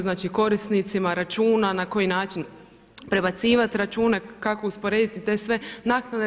Znači korisnicima računa na koji način prebacivat račune, kako usporediti te sve naknade.